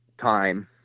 time